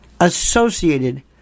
associated